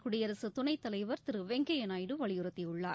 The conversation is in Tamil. குடியரசுத் துணைத் தலைவர் திரு வெங்கய்யா நாயுடு வலியுறுத்தியுள்ளார்